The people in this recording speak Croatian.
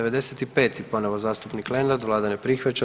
95. ponovo zastupnik Lenart, vlada ne prihvaća.